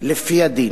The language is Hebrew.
לפי הדין.